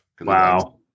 Wow